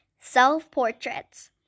self-portraits